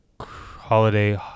holiday